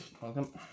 Welcome